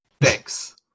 Thanks